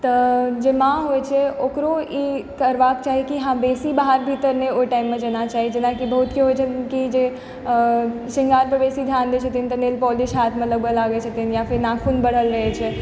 तऽ जे माँ होइ छै ओकरो ई करबाक चाही की हँ बेसी बाहर भीतर नहि ओहि टाइममे जाना चाही जेनाकि बहुत के होइ छनि की जे श्रृङ्गारपर बेसी ध्यान दए छथिन तऽ नेल पॉलिश हाथमे लगाबै लागै छथिन या फेर नाखून बढ़ल रहै छै